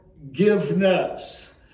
forgiveness